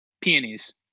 peonies